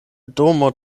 domo